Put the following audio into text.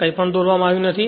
કંઈપણ દોરવામાં આવ્યું નથી